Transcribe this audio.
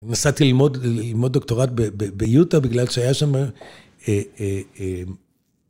‫נסעתי ללמוד דוקטורט ביוטה ‫בגלל שהיה שם...